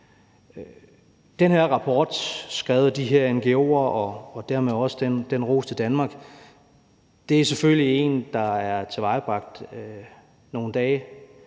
Den her rapport, skrevet af de her ngo'er – og dermed også den ros til Danmark – er selvfølgelig en rapport, der er tilvejebragt nogle dage,